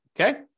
Okay